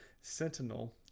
Sentinel